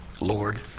Lord